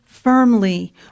Firmly